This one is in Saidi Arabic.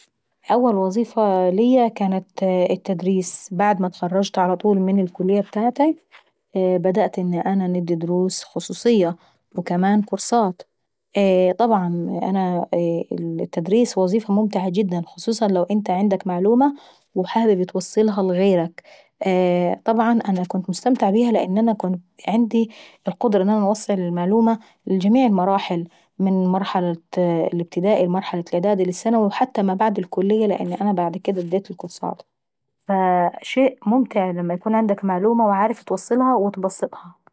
اول وظيفة ليا كانت التدريس. بعد ما اتخرجت من الكلية ابتاعتاي بدأت ان انا ندي دروس خصوصية واديت كمان كورسات، طبعا التدريس وظيفة ممتعة جدا. ان يكون عندك معلومة وحابب اتوصلها لغيرك. طبعا انا كنت مسمتعة بيها لان انا عندي القدرة اني انا نوصل المعلومة لجميع المراحل من مرحلة الابتدائي والاعدادي والثانوي وحتى ما بعد الكلية لان انا بعد كديتي اديت كورسات. فاا شيئ ممتع لما يكون عندك معلومة وعارف اتوصلها واتبسطها.